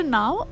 now